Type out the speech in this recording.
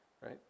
right